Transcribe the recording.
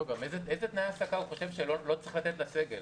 איזה תנאי העסקה הוא חושב שלא צריך לתת לסגל?